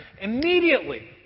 immediately